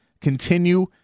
continue